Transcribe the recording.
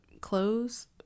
close